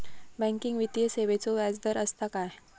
Banking वित्तीय सेवाचो व्याजदर असता काय?